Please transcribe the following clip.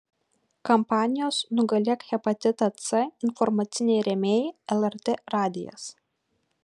kampanijos nugalėk hepatitą c informaciniai rėmėjai lrt radijas